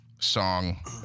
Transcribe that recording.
song